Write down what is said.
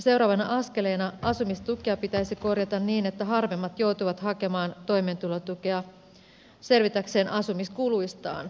seuraavana aske leena asumistukea pitäisi korjata niin että harvemmat joutuvat hakemaan toimeentulotuen asumislisää selvitäkseen asumiskuluistaan